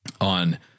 on